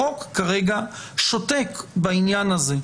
החוק כרגע שותק בעניין הזה.